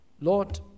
Lord